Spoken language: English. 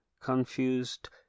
confused